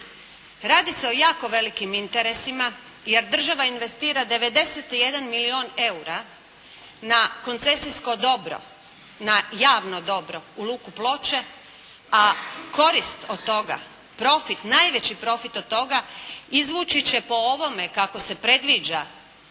Radi se o jako velikim interesima jer država investira 91 milijun eura na koncesijsko dobro, na javno dobro u Luku Ploče, a korist od toga, profit, najveći profit od toga izvući će po ovome kako se predviđa